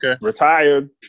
retired